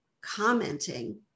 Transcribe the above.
commenting